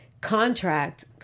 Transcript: contract